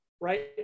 right